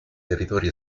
territori